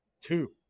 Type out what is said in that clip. two